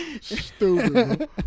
Stupid